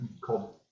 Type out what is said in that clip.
called